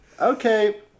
Okay